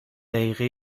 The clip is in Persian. دقیقه